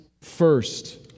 first